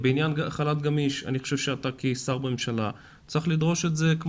בעניין חל"ת גמיש אני חושב שאתה כשר בממשלה צריך לדרוש את זה.